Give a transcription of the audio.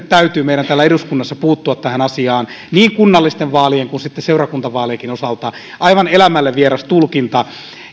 täytyy meidän täällä eduskunnassa puuttua tähän asiaan niin kunnallisten vaalien kuin sitten seurakuntavaalienkin osalta aivan elämälle vieras tulkinta